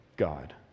God